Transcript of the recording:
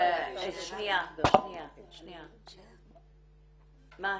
שניה, מה השאלה.